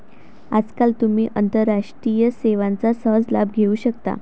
आजकाल तुम्ही आंतरराष्ट्रीय सेवांचा सहज लाभ घेऊ शकता